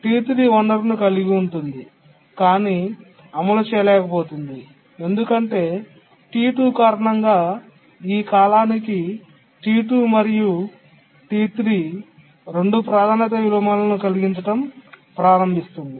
T3 వనరును కలిగి ఉంది కానీ అమలు చేయలేకపోయింది ఎందుకంటే T2 కారణంగా ఈ కాలానికి T2 మరియు T3 2 ప్రాధాన్యత విలోమాలను కలిగించడం ప్రారంభించింది